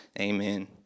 Amen